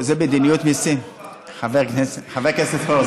חבר הכנסת פורר,